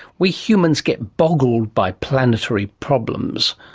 we humans get boggled by planetary problems.